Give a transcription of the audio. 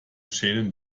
schälen